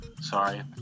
Sorry